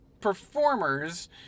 performers